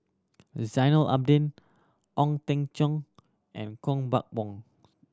Zainal Abidin Ong Teng Cheong and Koh Buck